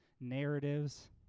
narratives